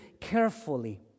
carefully